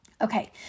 Okay